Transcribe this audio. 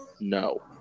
no